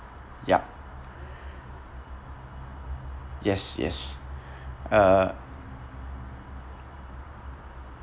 yup yes yes uh